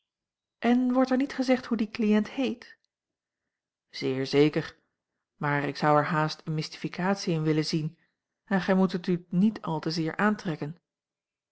en wordt er niet gezegd hoe die cliënt heet zeer zeker maar ik zou er haast eene mystificatie in willen zien en gij moet het u niet al te zeer aantrekken